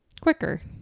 quicker